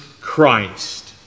Christ